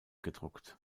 gedruckt